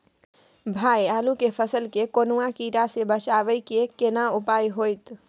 भाई आलू के फसल के कौनुआ कीरा से बचाबै के केना उपाय हैयत?